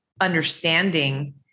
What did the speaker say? understanding